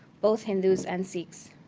both hindus and sikhs.